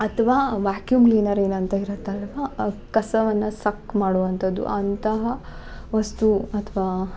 ಅಥ್ವಾ vacuum cleaner ಏನಂತ ಇರುತ್ತಲ್ವ ಆ ಕಸವನ್ನ ಸಕ್ ಮಾಡುವಂಥದ್ದು ಅಂತಹ ವಸ್ತು ಅಥ್ವ